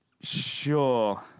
Sure